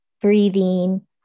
breathing